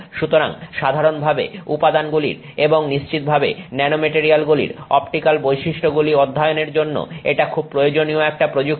সুতরাং সাধারণভাবে উপাদানগুলির এবং নিশ্চিতভাবে ন্যানোমেটারিয়ালগুলির অপটিক্যাল বৈশিষ্ট্যগুলি অধ্যায়নের জন্য এটা খুব প্রয়োজনীয় একটা প্রযুক্তি